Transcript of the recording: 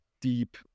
deep